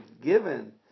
given